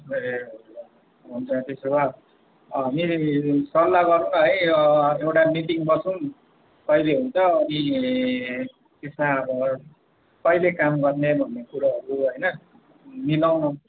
ए हजुर हुन्छ त्यसो भए मिली सल्लाह गरौँ न है एउटा मिटिङ बसौँ कहिले हुन्छ अनि त्यसमा अब कहिले काम गर्ने भन्ने कुराहरू होइन मिलाउन